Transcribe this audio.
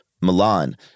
Milan